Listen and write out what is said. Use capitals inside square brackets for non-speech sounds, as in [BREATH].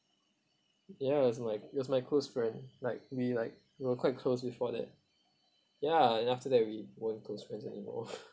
ya it's like it was my close friend like we like we were quite close before that ya and after that we weren't close friends anymore [BREATH]